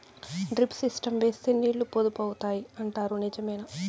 Drip system వేస్తే నీళ్లు పొదుపు అవుతాయి అంటారు నిజమేనా?